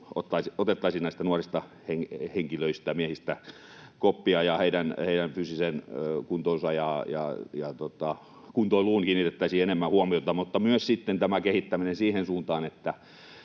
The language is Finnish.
otettaisiin näistä nuorista henkilöistä, miehistä, koppia ja heidän fyysiseen kuntoonsa ja kuntoiluunsa kiinnitettäisiin enemmän huomiota. Mutta sitten on myös tämä kehittäminen siihen suuntaan,